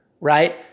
right